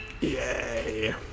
Yay